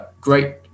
great